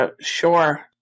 sure